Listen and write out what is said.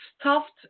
stuffed